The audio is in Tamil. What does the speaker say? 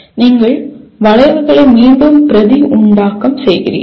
நீங்கள் வளைவுகளை மீண்டும் பிரதி உண்டாக்கம் செய்கிறீர்கள்